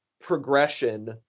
progression